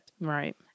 Right